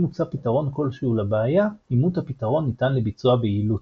מוצע פתרון כלשהו לבעיה אימות הפתרון ניתן לביצוע ביעילות.